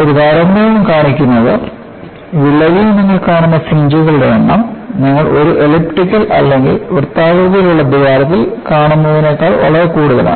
ഒരു താരതമ്യം കാണിക്കുന്നത് വിള്ളലിൽ നിങ്ങൾ കാണുന്ന ഫ്രിഞ്ച്കളുടെ എണ്ണംനിങ്ങൾ ഒരു എലിപ്റ്റിക്കലിൽ അല്ലെങ്കിൽ വൃത്താകൃതിയിലുള്ള ദ്വാരത്തിൽ കാണുന്നതിനേക്കാൾ വളരെ കൂടുതലാണ്